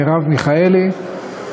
מרב מיכאלי,